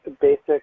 basic